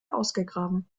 ausgegraben